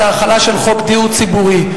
את ההחלה של חוק הדיור הציבורי.